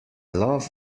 love